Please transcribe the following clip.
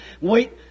wait